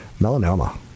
melanoma